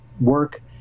work